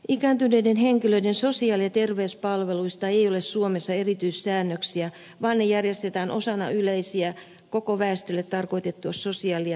ikääntyneiden henkilöiden sosiaali ja terveyspalveluista ei ole suomessa erityissäännöksiä vaan ne järjestetään osana yleisiä koko väestölle tarkoitettua sosiaali ja terveyspalveluja